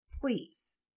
please